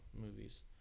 Movies